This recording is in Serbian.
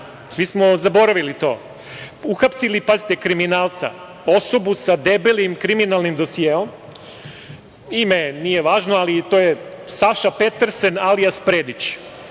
svi smo zaboravili to, uhapsili, pazite, kriminalca, osobu sa debelim kriminalnim dosijeom, ime nije važno, ali to je Saša Petersen alijas Predić.